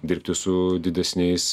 dirbti su didesniais